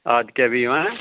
اَدٕ کیٛاہ بِہِو ہَہ